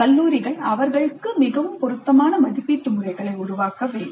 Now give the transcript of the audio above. கல்லூரிகள் அவர்களுக்கு மிகவும் பொருத்தமான மதிப்பீட்டு முறைகளை உருவாக்க வேண்டும்